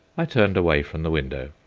i turned away from the window,